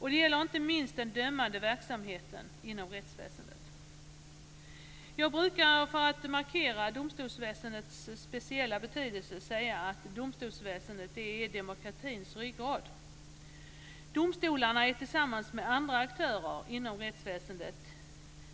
Detta gäller inte minst den dömande verksamheten inom rättsväsendet. Jag brukar för att markera domstolsväsendets speciella betydelse säga att domstolsväsendet är demokratins ryggrad. Domstolarna är tillsammans med andra aktörer inom rättsväsendet